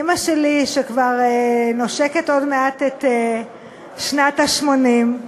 אימא שלי נושקת עוד מעט לשנתה ה-80,